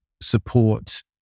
support